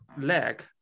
leg